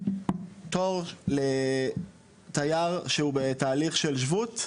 תור לתייר שהוא בתהליך של שבות,